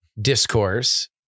discourse